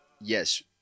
yes